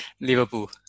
Liverpool